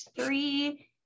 three